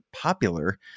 popular